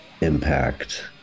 impact